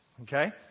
okay